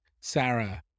Sarah